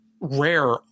rare